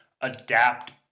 adapt